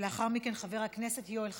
ולאחר מכן, חבר הכנסת יואל חסון.